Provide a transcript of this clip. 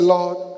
Lord